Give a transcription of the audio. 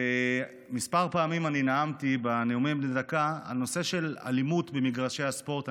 כמה פעמים נאמתי בנאומים בני דקה על נושא האלימות במגרשי הספורט.